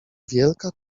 wielka